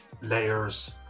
layers